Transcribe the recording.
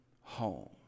home